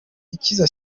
ikiza